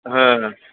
ହଁ ହଁ